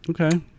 okay